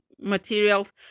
materials